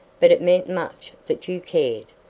but it meant much that you cared.